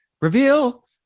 Reveal